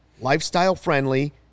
lifestyle-friendly